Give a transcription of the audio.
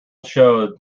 showed